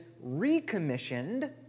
recommissioned